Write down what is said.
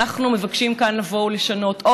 אנחנו מבקשים כאן לבוא ולשנות.